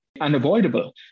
unavoidable